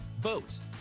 boats